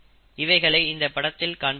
இவைகளை இந்தப் படத்தில் காண்பிக்கவில்லை